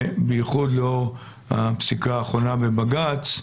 בייחוד לאור הפסיקה האחרונה בבג"ץ,